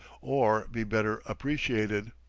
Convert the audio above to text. or be better appreciated!